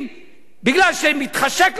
כי מתחשק לכם עכשיו?